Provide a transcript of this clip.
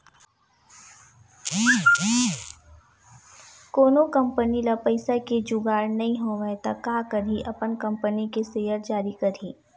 कोनो कंपनी ल पइसा के जुगाड़ नइ होवय त काय करही अपन कंपनी के सेयर जारी करही